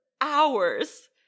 hours